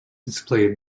displayed